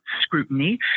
scrutiny